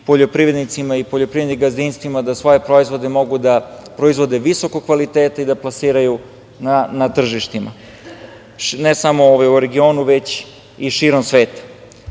poljoprivrednicima i poljoprivrednim gazdinstvima da svoje proizvode mogu da proizvode visokog kvaliteta i da plasiraju na tržištima. Ne samo u regionu, već i širom sveta. Sa